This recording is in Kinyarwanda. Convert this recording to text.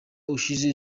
ushize